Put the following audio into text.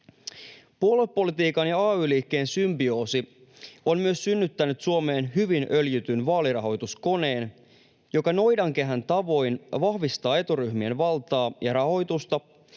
Puoluepolitiikan ja ay-liikkeen symbioosi on myös synnyttänyt Suomeen hyvin öljytyn vaalirahoituskoneen, joka noidankehän tavoin vahvistaa eturyhmien valtaa ja rahoitusta,